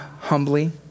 humbly